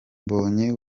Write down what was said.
mbonyi